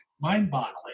mind-boggling